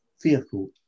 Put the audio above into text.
fearful